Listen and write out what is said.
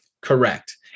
Correct